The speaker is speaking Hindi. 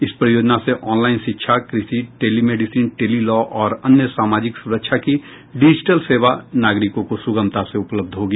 इस परियोजना से ऑनलाइन शिक्षा कृषि टेलीमेडिसिन टेली लॉ और अन्य सामाजिक सुरक्षा की डिजिटल सेवा नागरिकों को सुगमता से उपलब्ध होगी